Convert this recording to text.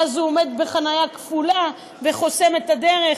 ואז הוא עומד בחניה כפולה וחוסם את הדרך.